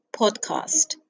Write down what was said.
podcast